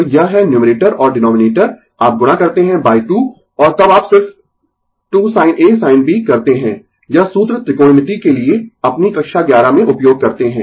तो यह है न्यूमरेटर और डीनोमिनेटर आप गुणा करते है 2 और तब आप सिर्फ 2 sin A sin B करते है यह सूत्र त्रिकोणमिति के लिए अपनी कक्षा ग्यारह में उपयोग करते है